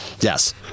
Yes